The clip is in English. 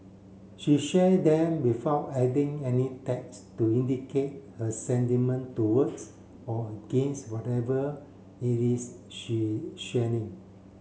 she share them without adding any text to indicate her sentiment towards or against whatever it is she sharing